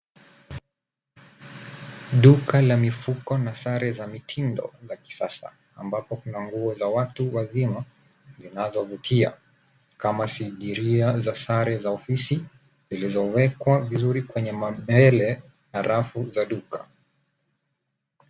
Duka la mifuko na sare za mitindo za kisasa ambapo kuna nguo za watu wazima zinazovutia kama sindiria za sare za ofisi zilizowekwa vizuri kwenye mabele na rafu za duka.